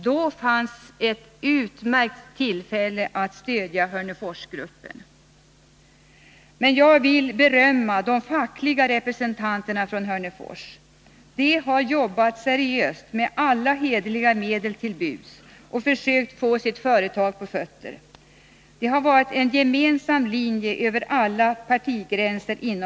Då fanns det ett utmärkt tillfälle att stödja Hörneforsgruppen. Jag måste berömma de fackliga representanterna från Hörnefors. De har jobbat seriöst med alla till buds stående medel och försökt få sitt företag på fötter. Det har inom facket funnits en gemensam linje över alla partigränser.